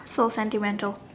so sentimental